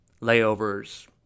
Layovers